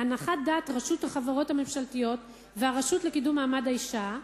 להנחת דעת רשות החברות הממשלתיות והרשות לקידום מעמד האשה,